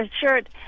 shirt